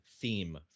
theme